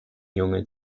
junge